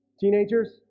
teenagers